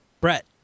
Brett